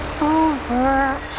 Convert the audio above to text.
over